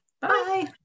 Bye